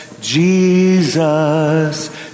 Jesus